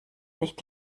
nicht